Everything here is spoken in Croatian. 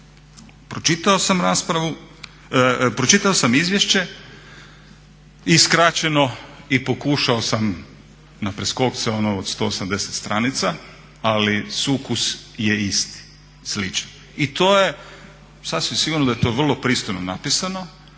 pročitao sam izvješće i skraćeno i pokušao sam na preskokce ono od 180 stranica ali sukus je isti, sličan. I to je, sasvim sigurno da je to vrlo pristojno napisano,